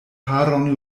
haron